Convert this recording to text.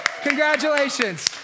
Congratulations